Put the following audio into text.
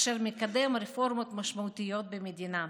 אשר מקדם רפורמות משמעותיות במדינה.